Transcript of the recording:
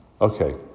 Okay